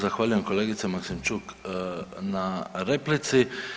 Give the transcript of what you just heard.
Zahvaljujem kolegice Maksimčuk na replici.